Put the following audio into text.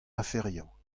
aferioù